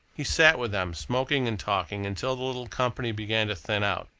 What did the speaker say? he sat with them, smoking and talking, until the little company began to thin out,